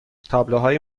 تابلوهای